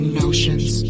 notions